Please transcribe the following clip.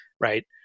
right